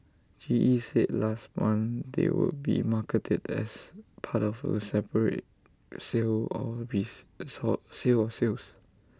G E said last month they would be marketed as part of A separate sale or be sold sale or sales